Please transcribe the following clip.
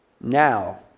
now